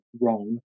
wrong